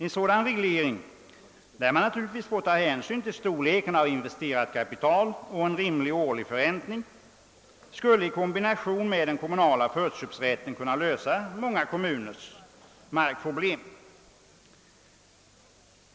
En sådan reglering — där man naturligtvis får ta hänsyn till storleken av investerat kapital och en rimlig årlig förräntning — skulle i kombination med den kommunala förköpsrätten kunna lösa många kommuners markproblem.